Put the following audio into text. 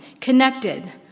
Connected